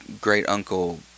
great-uncle